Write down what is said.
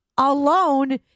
alone